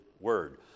word